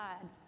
God